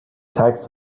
tax